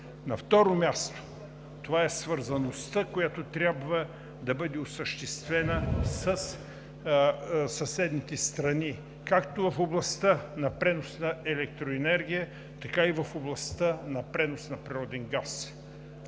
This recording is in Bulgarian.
На второ място, това е свързаността, която трябва да бъде осъществена със съседните страни както в областта на пренос на електроенергия, така и в областта на пренос на природен газ.